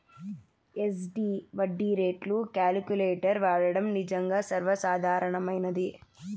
SD వడ్డీ రేట్లు calculator వాడడం నిజంగా సర్వసాధారణమైనది